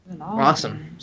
Awesome